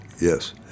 Yes